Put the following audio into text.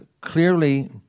clearly